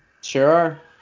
Sure